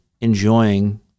enjoying